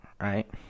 right